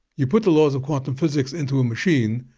you put the laws of quantum physics into a machine,